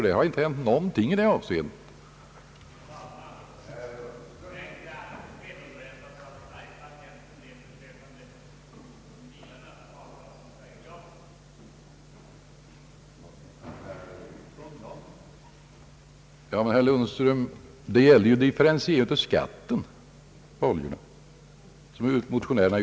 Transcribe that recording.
Det har inte hänt någonting i det här avseendet.